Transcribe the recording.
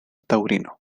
taurino